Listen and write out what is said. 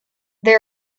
they